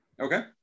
Okay